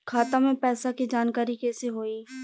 खाता मे पैसा के जानकारी कइसे होई?